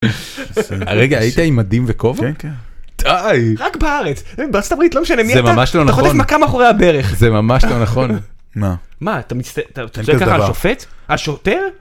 רגע הייתי עם מדים וכובע? - כן, כן -דיי! - רק בארץ, בארה״ב לא משנה מי אתה, - זה ממש לא נכון - אתה חוטף מכה אחורי הברך - זה ממש לא נכון, מה? - מה אתה מצט.. אתה נותן ככה לשופט? השוטר?